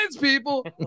people